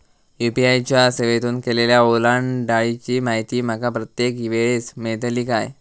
UPI च्या सेवेतून केलेल्या ओलांडाळीची माहिती माका प्रत्येक वेळेस मेलतळी काय?